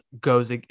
goes